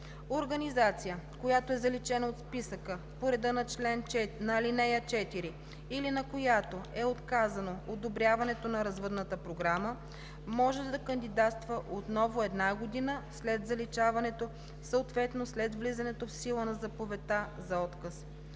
Организация, която е заличена от списъка по реда на ал. 4 или на която е отказано одобряването на развъдната програма, може да кандидатства отново една година след заличаването, съответно след влизането в сила на заповедта за отказ.